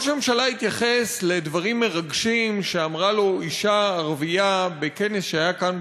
ראש הממשלה התייחס לדברים מרגשים שאמרה לו אישה ערבייה בכנס שהיה כאן,